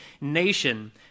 nation